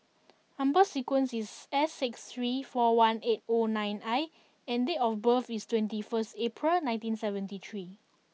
number sequence is S six three four one eight O nine I and date of birth is twenty first April nineteen seventy three